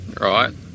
Right